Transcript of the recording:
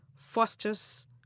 fosters